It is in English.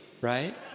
right